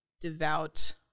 devout